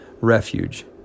refuge